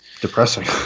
depressing